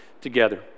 together